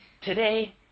Today